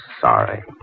sorry